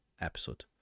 episode